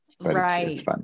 Right